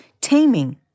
taming